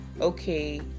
okay